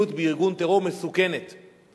המספר שמדברים עליו.